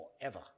forever